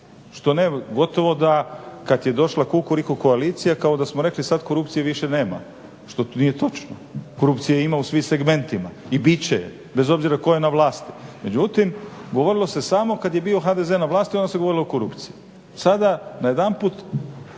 Gotovo da kada je došla kukuriku koalicija kao da smo rekli sada korupcije više nema. Što nije točno. Korupcije ima u svim segmentima i biti će je, bez obzira tko je na vlasti. Međutim, govorilo se samo kada je bio HDZ na vlasti, onda se govorilo o korupciji. Sada najedanput